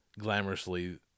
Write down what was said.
glamorously